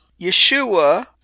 Yeshua